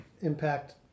impact